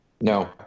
No